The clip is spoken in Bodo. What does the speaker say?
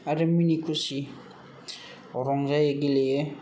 आरो मिनि खुसि रंजायो गेलेयो